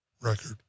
record